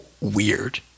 weird